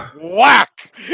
whack